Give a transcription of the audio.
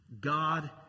God